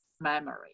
memory